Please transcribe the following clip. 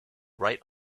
right